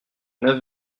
neuf